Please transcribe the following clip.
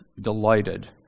delighted